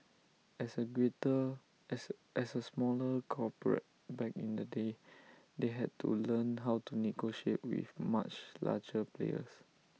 as A greater as as A smaller corporate back in the day they had to learn how to negotiate with much larger players